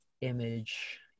image